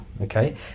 okay